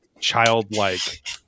childlike